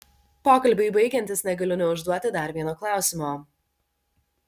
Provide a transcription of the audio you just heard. pokalbiui baigiantis negaliu neužduoti dar vieno klausimo